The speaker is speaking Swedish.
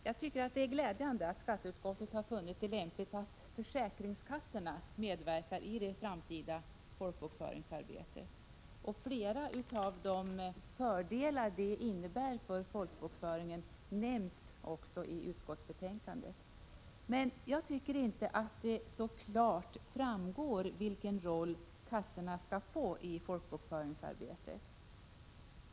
Fru talman! Det är glädjande att skatteutskottet har funnit det lämpligt att försäkringskassorna medverkar i det framtida folkbokföringsarbetet. Flera av de fördelar detta innebär för folkbokföringen nämns också i utskottsbetänkandet. Det framgår emellertid inte klart vilken roll kassorna skall få i folkbokföringsarbetet.